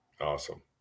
awesome